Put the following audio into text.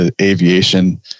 aviation